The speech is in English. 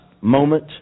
moment